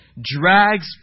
drags